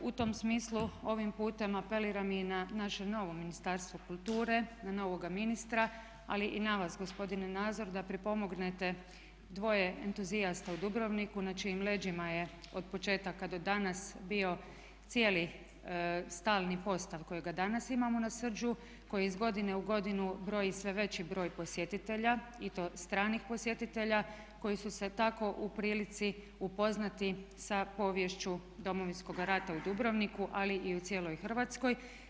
U tom smislu ovim putem apeliram i na naše novo Ministarstvo kulture, na novoga ministra, ali i na vas gospodine Nazor da pripomognete dvoje entuzijasta u Dubrovniku na čijim leđima je od početaka do danas bio cijeli stalni postav kojega danas imamo na Srđu koji iz godine u godinu broji sve veći broj posjetitelja, i to stranih posjetitelja, koji su se tako u prilici upoznati sa poviješću Domovinskog rata u Dubrovniku ali i u cijeloj Hrvatskoj.